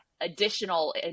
additional